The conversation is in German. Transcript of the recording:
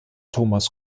thomas